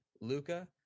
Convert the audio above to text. Luca